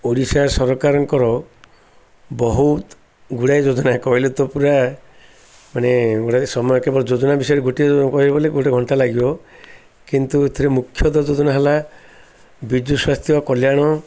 ଓଡ଼ିଶା ସରକାରଙ୍କର ବହୁତ ଗୁଡ଼ାଏ ଯୋଜନା କହିଲେ ତ ପୁରା ମାନେ ଗୋଟାକ ସମୟ କେବଳ ଯୋଜନା ବିଷୟରେ ଗୋଟିଏ କହିବଲେ ଗୋଟେ ଘଣ୍ଟା ଲାଗିବ କିନ୍ତୁ ଏଥିରେ ମୁଖ୍ୟତଃ ଯୋଜନା ହେଲା ବିଜୁ ସ୍ୱାସ୍ଥ୍ୟ କଲ୍ୟାଣ